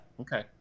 Okay